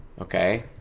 Okay